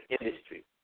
industry